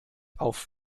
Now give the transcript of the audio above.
auf